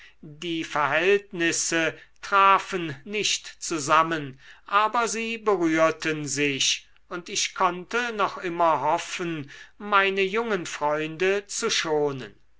die verhältnisse trafen nicht zusammen aber sie berührten sich und ich konnte noch immer hoffen meine jungen freunde zu schonen